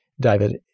David